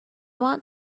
want